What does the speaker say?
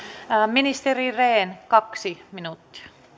ministeri rehn kaksi minuuttia